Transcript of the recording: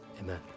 amen